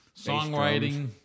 songwriting